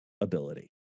ability